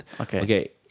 Okay